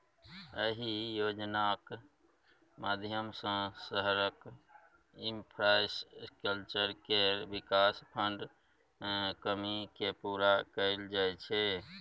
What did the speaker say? अहि योजनाक माध्यमसँ शहरक इंफ्रास्ट्रक्चर केर बिकास मे फंडक कमी केँ पुरा कएल जाइ छै